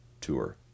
Tour